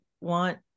want